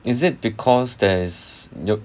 is it because there's 有